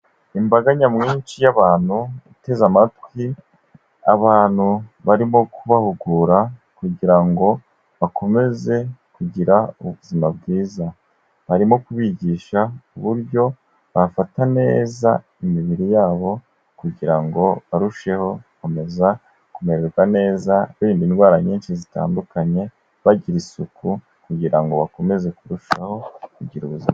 Imbaga nyamwinshi y'abantu iteze amatwi abantu barimo kubahugura kugira ngo bakomeze kugira ubuzima bwiza. Barimo kubigisha uburyo bafata neza imibiri yabo kugira ngo barusheho gukomeza kumererwa neza birinda indwara nyinshi zitandukanye, bagira isuku kugira ngo bakomeze kurushaho kugira ubuzima.